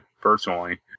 personally